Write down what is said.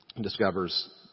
discovers